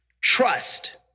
Trust